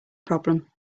problem